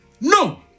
No